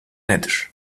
nedir